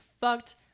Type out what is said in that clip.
fucked